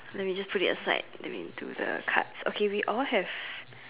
then we just put it aside then we to the cards okay we all have